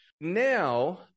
Now